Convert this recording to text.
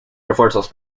refuerzos